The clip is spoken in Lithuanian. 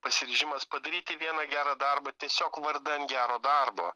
pasiryžimas padaryti vieną gerą darbą tiesiog vardan gero darbo